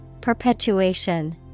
perpetuation